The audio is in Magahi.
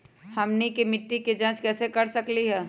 हमनी के मिट्टी के जाँच कैसे कर सकीले है?